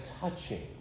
touching